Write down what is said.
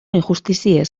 injustiziez